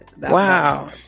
Wow